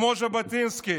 כמו ז'בוטינסקי,